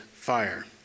fire